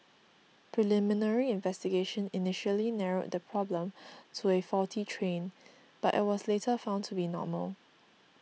preliminary investigation initially narrowed the problem to a faulty train but it was later found to be normal